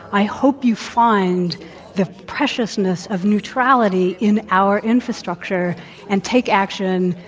i hope you find the preciousness of neutrality in our infrastructure and take action.